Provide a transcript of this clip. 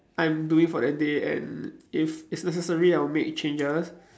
I'm doing for that day and if it's necessary I'll make changes